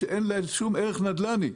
כאשר אין להן שום ערך נדל"ני.